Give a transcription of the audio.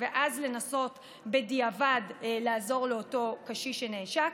ואז לנסות בדיעבד לעזור לאותו קשיש שנעשק,